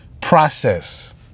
Process